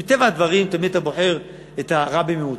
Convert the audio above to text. מטבע הדברים, תמיד אתה בוחר את הרע במיעוטו.